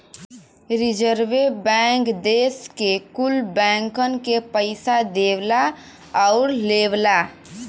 रीजर्वे bank देस के कुल बैंकन के पइसा देवला आउर लेवला